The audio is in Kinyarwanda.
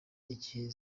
igihe